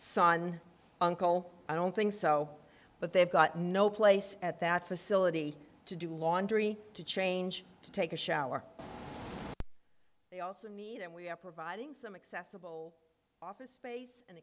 son uncle i don't think so but they've got no place at that facility to do laundry to change to take a shower they also need and we're providing some accessible office space and